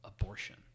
abortion